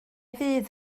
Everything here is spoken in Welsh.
fydd